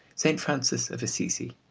st. francis of assisi.